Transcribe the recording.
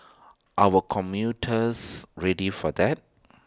our commuters ready for that